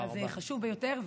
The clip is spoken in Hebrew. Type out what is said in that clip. זה חשוב ביותר.